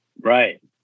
Right